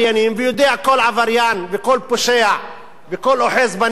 ויודע כל עבריין וכל פושע וכל אוחז בנשק